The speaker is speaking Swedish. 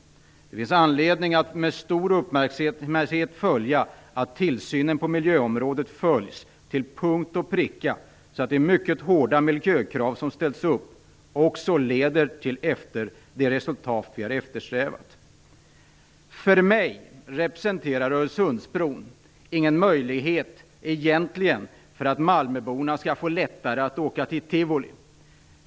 Det finns anledning att med stor uppmärksamhet följa att tillsynen på miljöområdet utövas till punkt och pricka så att de mycket hårda miljökrav som ställts upp också leder till de resultat som vi eftersträvar. För mig representerar Öresundsbron egentligen ingen möjlighet för malmöborna att lättare kunna åka till Tivoli.